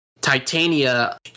Titania